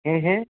ᱦᱮᱸ ᱦᱮᱸ